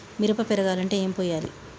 మిరప పెరగాలంటే ఏం పోయాలి?